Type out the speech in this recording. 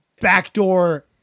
backdoor